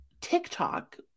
TikTok